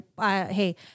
Hey